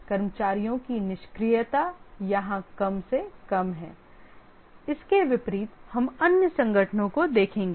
कर्मचारियों की निष्क्रियता यहां कम से कम है इसके विपरीत हम अन्य संगठनों को देखेंगे